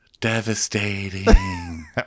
devastating